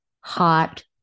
Hot